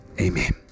Amen